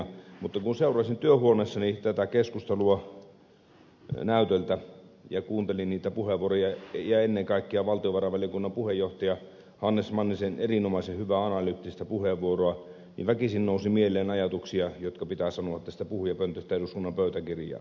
mutta kun seurasin työhuoneessani tätä keskustelua näytöltä ja kuuntelin puheenvuoroja ja ennen kaikkea valtiovarainvaliokunnan puheenjohtaja hannes mannisen erinomaisen hyvää analyyttista puheenvuoroa väkisin nousi mieleen ajatuksia jotka pitää sanoa tästä puhujapöntöstä eduskunnan pöytäkirjaan